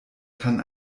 kann